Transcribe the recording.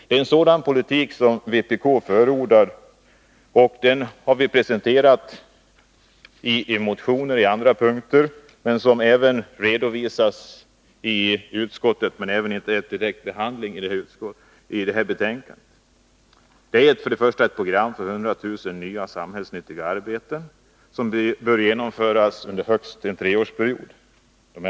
Det är en sådan politik som vpk förordar. Den har presenterats i motioner på andra punkter, som redovisas i utskottsbetänkandet men som inte tas upp till behandling här. Det gäller ett program för hundra tusen nya, samhällsnyttiga arbeten som skall genomföras under högst en treårsperiod.